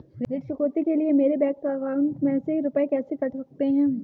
ऋण चुकौती के लिए मेरे बैंक अकाउंट में से रुपए कैसे कट सकते हैं?